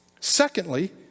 Secondly